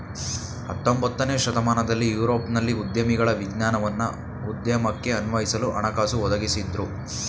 ಹತೊಂಬತ್ತನೇ ಶತಮಾನದಲ್ಲಿ ಯುರೋಪ್ನಲ್ಲಿ ಉದ್ಯಮಿಗಳ ವಿಜ್ಞಾನವನ್ನ ಉದ್ಯಮಕ್ಕೆ ಅನ್ವಯಿಸಲು ಹಣಕಾಸು ಒದಗಿಸಿದ್ದ್ರು